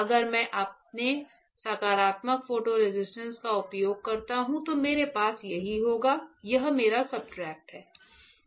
अगर मैं अपने सकारात्मक फोटो रेसिस्ट का उपयोग करता हूं तो मेरे पास यही होगा यह मेरा सब्सट्रेट है